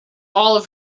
all